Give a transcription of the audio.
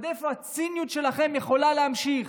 עד איפה הציניות שלכם יכולה להמשיך?